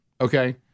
okay